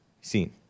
Seen